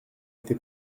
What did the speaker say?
été